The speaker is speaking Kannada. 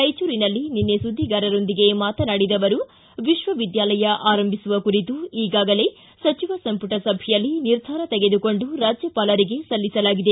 ರಾಯಚೂರಿನಲ್ಲಿ ನಿನ್ನೆ ಸುದ್ದಿಗಾರರೊಂದಿಗೆ ಮಾತನಾಡಿದ ಅವರು ವಿಶ್ವ ವಿದ್ಯಾಲಯ ಆರಂಭಿಸುವ ಕುರಿತು ಈಗಾಗಲೇ ಸಚಿವ ಸಂಪುಟ ಸಭೆಯಲ್ಲಿ ನಿರ್ಧಾರ ತೆಗೆದುಕೊಂಡು ರಾಜ್ಯಪಾಲರಿಗೆ ಸಲ್ಲಿಸಲಾಗಿದೆ